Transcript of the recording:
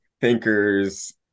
thinkers